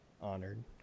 honored